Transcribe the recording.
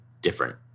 different